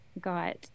got